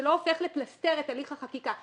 לא הופך לפלסתר את הליך החקיקה.